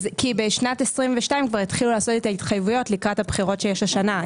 כי בשנת 2022 כבר התחילו לעשות את ההתחייבויות לקראת הבחירות שיש השנה.